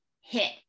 hit